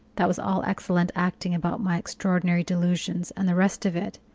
that was all excellent acting about my extraordinary delusions, and the rest of it,